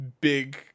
big